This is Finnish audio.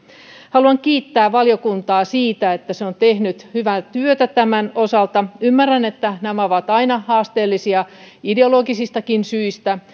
haluan kiittää valiokuntaa siitä että se on tehnyt hyvää työtä tämän osalta ymmärrän että nämä ovat aina haasteellisia ideologisistakin syistä